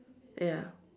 ya